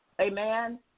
Amen